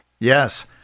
Yes